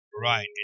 Right